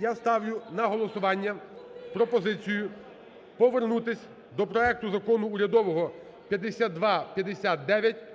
Я ставлю на голосування пропозицію повернутись до проекту Закону урядового, 5259.